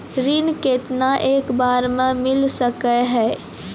ऋण केतना एक बार मैं मिल सके हेय?